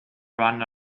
ran